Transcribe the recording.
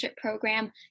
program